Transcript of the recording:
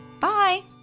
Bye